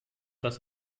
was